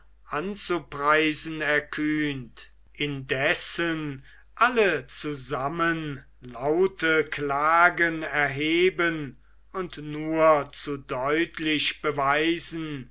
anzupreisen erkühnt indessen alle zusammen laute klagen erheben und nur zu deutlich beweisen